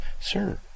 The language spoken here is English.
Sir